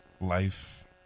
life